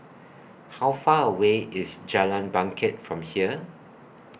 How Far away IS Jalan Bangket from here